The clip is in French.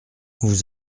vous